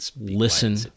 listen